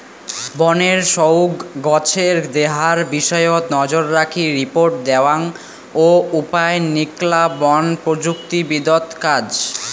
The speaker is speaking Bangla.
বনের সউগ্ গছের দেহার বিষয়ত নজররাখি রিপোর্ট দ্যাওয়াং ও উপায় নিকলা বন প্রযুক্তিবিদত কাজ